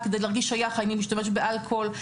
אני משתמש באלכוהול כדי להרגיש שייך?